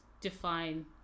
define